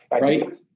Right